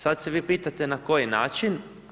Sada se vi pitate na koji način?